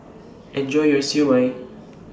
Enjoy your Siew Mai